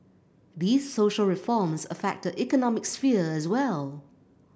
these social reforms affect the economic sphere as well